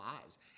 lives